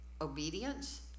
obedience